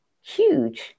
huge